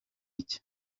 iki